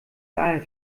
daher